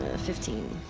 fifteen